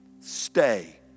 Stay